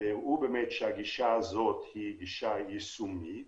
והראו שהגישה הזאת יישומית